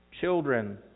Children